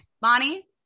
Bonnie